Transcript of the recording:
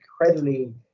incredibly